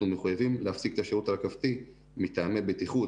אנחנו מתחייבים להפסיק את השירות הרכבתי מטעמי בטיחות